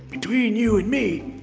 between you and me,